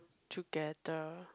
together